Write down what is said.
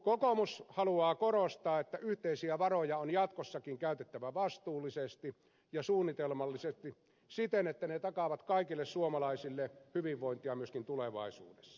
kokoomus haluaa korostaa että yhteisiä varoja on jatkossakin käytettävä vastuullisesti ja suunnitelmallisesti siten että ne takaavat kaikille suomalaisille hyvinvointia myöskin tulevaisuudessa